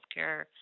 healthcare